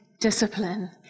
Discipline